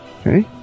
Okay